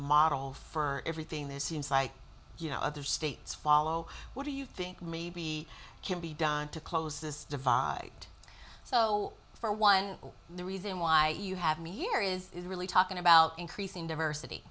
model for everything this seems like you know other states follow what do you think may be can be done to close this divide so for one the reason why you have me year is really talking about increasing diversity